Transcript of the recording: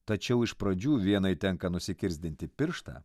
tačiau iš pradžių vienai tenka nusikirsdinti pirštą